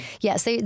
Yes